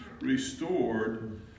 restored